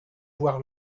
voir